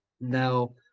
now